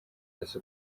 azi